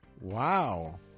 Wow